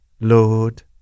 Lord